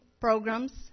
programs